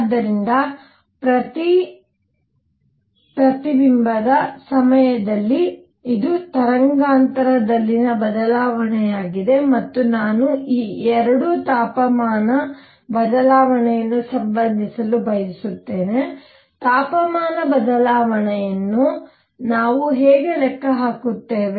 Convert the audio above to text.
ಆದ್ದರಿಂದ ಪ್ರತಿ ಪ್ರತಿಬಿಂಬದ ಸಮಯದಲ್ಲಿ ಇದು ತರಂಗಾಂತರದಲ್ಲಿನ ಬದಲಾವಣೆಯಾಗಿದೆ ಮತ್ತು ನಾನು ಈ 2 ತಾಪಮಾನ ಬದಲಾವಣೆಯನ್ನು ಸಂಬಂಧಿಸಲು ಬಯಸುತ್ತೇನೆ ತಾಪಮಾನ ಬದಲಾವಣೆಯನ್ನು ನಾವು ಹೇಗೆ ಲೆಕ್ಕ ಹಾಕುತ್ತೇವೆ